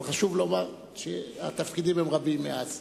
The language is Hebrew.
אבל חשוב לומר שהתפקידים הם רבים מאז.